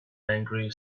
angry